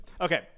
Okay